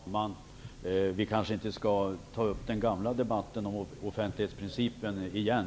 Fru talman! Vi kanske inte skall ta upp den gamla debatten om offentlighetsprincipen igen.